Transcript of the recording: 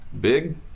Big